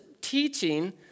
teaching